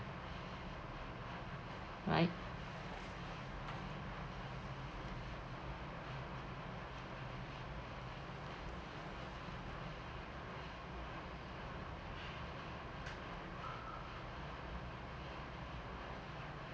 right